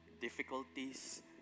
difficulties